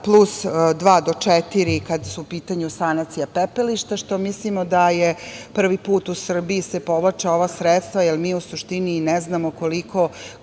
plus dva do četiri, kada je u pitanju sanacija pepelišta, što mislimo da se prvi put u Srbiji povlače ova sredstva, jer mi u suštini ne znamo kolika